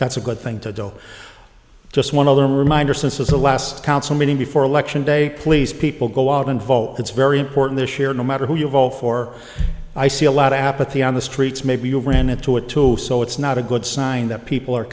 that's a good thing to do just one of them a reminder since is the last council meeting before election day please people go out and vote it's very important to share no matter who you vote for i see a lot of apathy on the streets maybe you ran into a two so it's not a good sign that people are